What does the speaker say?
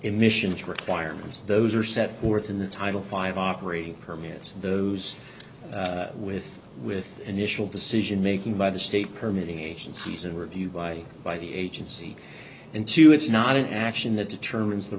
emissions requirements those are set forth in the title five operating permits those with with initial decision making by the state permitting agencies and review by by the agency into it's not an action that determines the